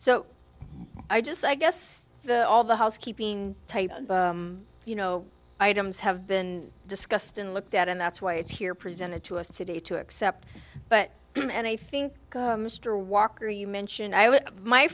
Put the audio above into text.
so i just i guess that all the housekeeping type you know items have been discussed and looked at and that's why it's here presented to us today to accept but and i think mr walker you mentioned i